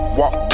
walk